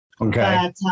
okay